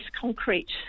concrete